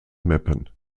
meppen